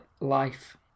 life